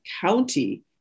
county